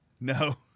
No